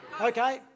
Okay